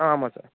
ஆ ஆமா சார்